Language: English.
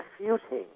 refuting